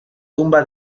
tumba